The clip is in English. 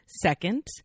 Second